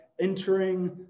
Entering